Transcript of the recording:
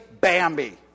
Bambi